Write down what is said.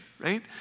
right